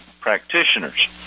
practitioners